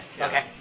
Okay